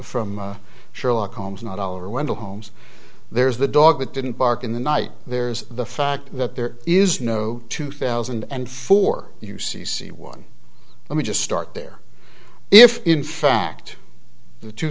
from sherlock holmes not all are wendell holmes there's the dog that didn't bark in the night there's the fact that there is no two thousand and four you see see one let me just start there if in fact the two